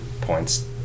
points